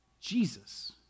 Jesus